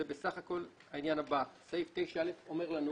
זה בסך הכול העניין הבא, סעיף 9(א) אומר לנו